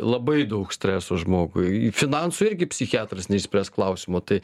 labai daug streso žmogui finansų irgi psichiatras neišspręs klausimo tai